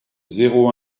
zéro